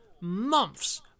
months